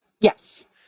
Yes